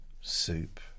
Soup